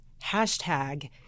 hashtag